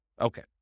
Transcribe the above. Okay